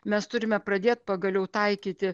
mes turime pradėt pagaliau taikyti